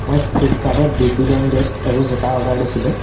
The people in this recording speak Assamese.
মই ফ্লিপকাৰ্টত বিগ বিলিয়ন ডেট এযোৰ জোতা অৰ্ডাৰ দিছিলোঁ